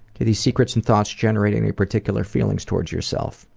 do these secrets and thoughts generate any particular feelings towards yourself?